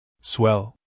Swell